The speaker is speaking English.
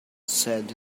said